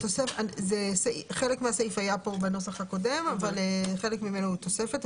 חלק מהסעיף היה בנוסח הקודם אבל חלק ממנו הוא תוספת.